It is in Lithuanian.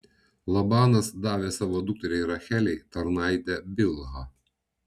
labanas davė savo dukteriai rachelei tarnaitę bilhą